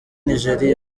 nigeria